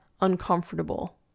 uncomfortable